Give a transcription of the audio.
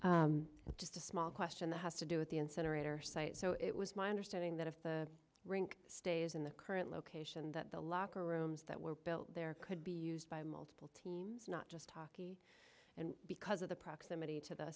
been just a small question that has to do with the incinerator site so it was my understanding that if the rink stays in the current location that the locker rooms that were built there could be used by multiple teams not just talk and because of the proximity to the